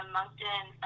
Moncton